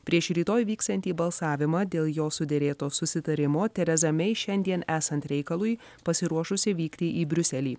prieš rytoj vyksiantį balsavimą dėl jo suderėto susitarimo tereza mei šiandien esant reikalui pasiruošusi vykti į briuselį